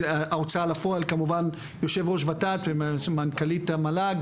ההוצאה לפועל כמובן יושב ראש ות"ת ומנכ"לית המל"ג,